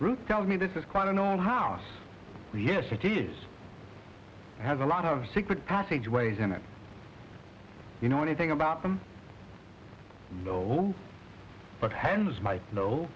ruth tell me this is quite an old house yes it is has a lot of secret passageways in it you know anything about them you kno